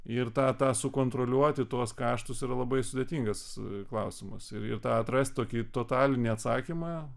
ir tą tą sukontroliuoti tuos kaštus yra labai sudėtingas klausimas ir tą atrasti tokį totalinį atsakymą